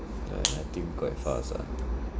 ya I think quite fast ah